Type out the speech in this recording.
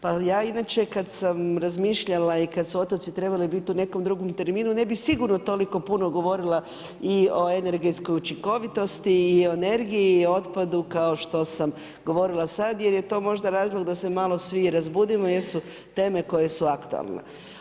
Pa ja inače kad sam razmišljala i kad su otoci trebali biti u nekom drugom terminu ne bih sigurno toliko puno govorila i o energetskoj učinkovitosti i o energiji i otpadu kao što sam govorila sad, jer je to možda razlog da se malo svi razbudimo jer su teme koje su aktualne.